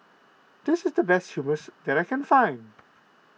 this is the best Hummus that I can find